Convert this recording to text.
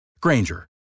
Granger